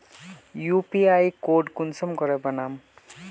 UPI code कुंसम करे बनाम?